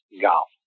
Golf